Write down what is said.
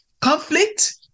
conflict